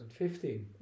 2015